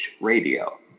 Radio